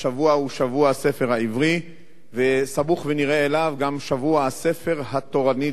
השבוע הוא שבוע הספר העברי וסמוך ונראה אליו גם שבוע הספר התורני,